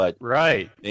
Right